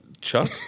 Chuck